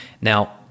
Now